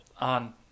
on